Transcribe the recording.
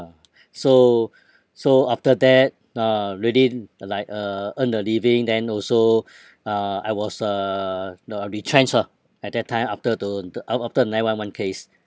ah so so after that uh really like uh earn a living then also uh I was uh uh retrenched ah at that time after the the af~ after the nine one one case